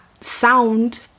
sound